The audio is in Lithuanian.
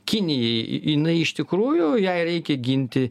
kinijai jinai iš tikrųjų jai reikia ginti